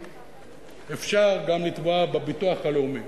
אפשר גם לתבוע בביטוח הלאומי.